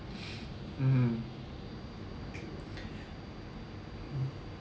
mmhmm mm